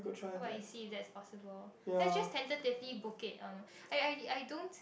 how about you see if that's possible let's just tentatively book it on a I I I don't